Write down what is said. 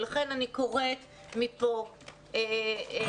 ולכן אני קוראת מפה לשר,